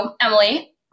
Emily